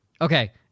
Okay